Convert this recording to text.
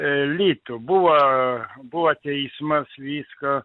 litų buvo buvo teismas viską